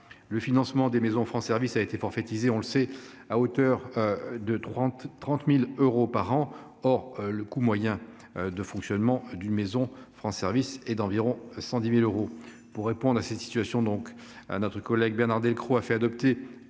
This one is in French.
Le financement des maisons France Services a été forfaitisé- on le sait -à hauteur de 30 000 euros par an. Or le coût moyen de fonctionnement d'une maison France Services est d'environ 110 000 euros. Pour répondre à cette situation, notre collègue Bernard Delcros a fait adopter